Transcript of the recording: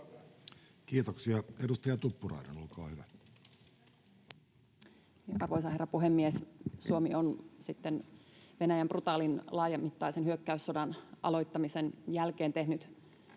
liittyviksi laeiksi Time: 12:41 Content: Arvoisa herra puhemies! Suomi on Venäjän brutaalin laajamittaisen hyökkäyssodan aloittamisen jälkeen tehnyt